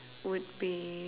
would be